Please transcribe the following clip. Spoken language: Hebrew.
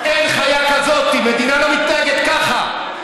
אין חיה כזאת, מדינה לא מתנהגת ככה.